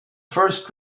first